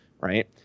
right